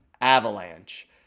Avalanche